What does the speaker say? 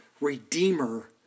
redeemer